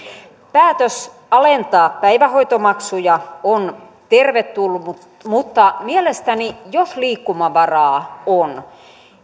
päätös alentaa päivähoitomaksuja on tervetullut mutta mielestäni jos liikkumavaraa